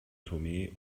tomé